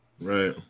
Right